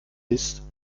bist